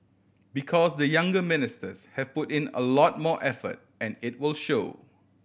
because the younger ministers have put in a lot more effort and it will show